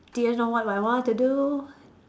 didn't know what I want to do